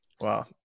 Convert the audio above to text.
Wow